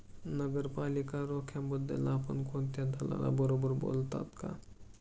नगरपालिका रोख्यांबद्दल आपण कोणत्या दलालाबरोबर बोललात का?